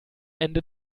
ende